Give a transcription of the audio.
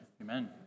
Amen